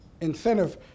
incentive